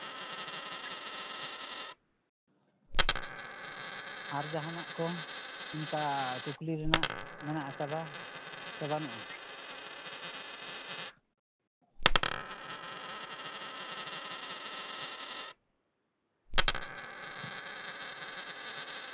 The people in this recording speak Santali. ᱟᱨ ᱡᱟᱦᱟᱱᱟᱜ ᱠᱚ ᱚᱝᱠᱟ ᱠᱩᱠᱞᱤ ᱨᱮᱱᱟᱜ ᱢᱮᱱᱟᱜ ᱟᱠᱟᱫᱟ ᱥᱮ ᱵᱟᱹᱱᱩᱜᱼᱟ